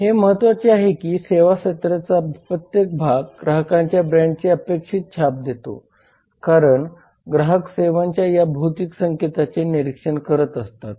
हे महत्वाचे आहे की सेवाक्षेत्राचा प्रत्येक भाग ग्राहकांच्या ब्रँडची अपेक्षित छाप देतो कारण ग्राहक सेवांच्या या भौतिक संकेतांचे निरीक्षण करत असतात